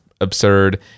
absurd